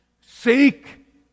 Seek